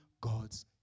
God's